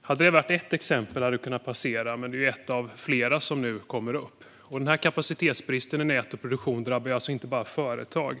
detta hade varit ett enda exempel hade det kunnat passera, men det är ett av flera som nu kommer upp. Denna kapacitetsbrist i nät och produktion drabbar inte bara företag.